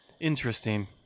Interesting